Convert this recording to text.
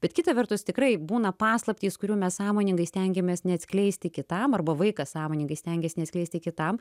bet kita vertus tikrai būna paslaptys kurių mes sąmoningai stengiamės neatskleisti kitam arba vaikas sąmoningai stengiasi neatskleisti kitam